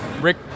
Rick